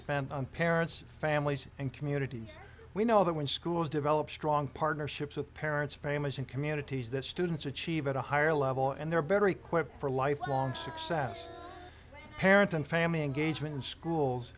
span parents families and communities we know that when schools develop strong partnerships with parents famous and communities that students achieve at a higher level and they're better equipped for lifelong success parents and family engagement in schools